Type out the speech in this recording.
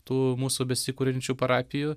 tų mūsų besikuriančių parapijų